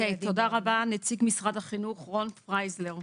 בבקשה, נציג משרד החינוך, רון פרייזלר.